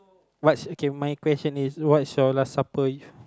what's okay my question is what's your last supper if